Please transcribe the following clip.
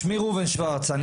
שמי ראובן שוורץ.